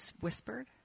whispered